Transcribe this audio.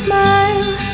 Smile